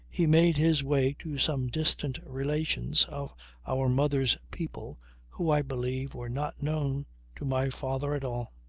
he made his way to some distant relations of our mother's people who i believe were not known to my father at all.